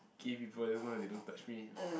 gay people as long as they don't touch me I'm fine